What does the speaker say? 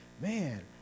man